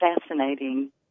fascinating